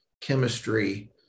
chemistry